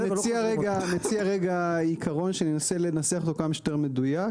אני מציע רגע עקרון שננסה לנסח אותו כמה שיותר מדויק,